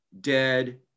dead